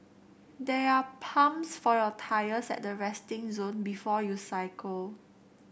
there are pumps for your tyres at the resting zone before you cycle